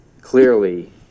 Clearly